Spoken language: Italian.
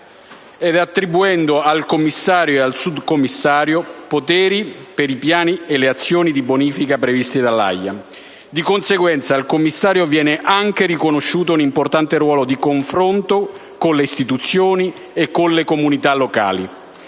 ed attribuendo al commissario e al subcommissario poteri per i piani e le azioni di bonifica previsti dall'AIA. Di conseguenza, al commissario viene anche riconosciuto un importante ruolo di confronto con le istituzioni e con le comunità locali.